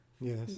Yes